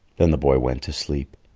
then the boy went to sleep.